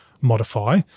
modify